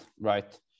right